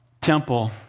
temple